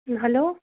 hello